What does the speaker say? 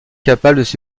capables